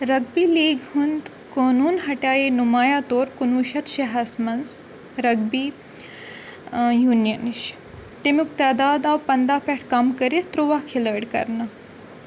rugby league ہُنٛد قونوٗن ہَٹایے نُمایاں طور کُنہٕ وُہ شَتھ شےٚ ہَس منٛز رگبی یوٗنِیَن نِش تَمیُک تعداد آو پنٛداہ پٮ۪ٹھ کَم كٔرِتھ ترُواہ کھِلٲڑۍ کَرنہٕ